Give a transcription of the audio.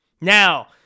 Now